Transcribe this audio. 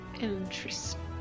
Interesting